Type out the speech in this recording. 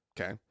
Okay